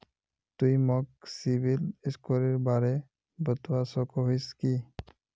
तुई मोक सिबिल स्कोरेर बारे बतवा सकोहिस कि?